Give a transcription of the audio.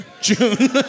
June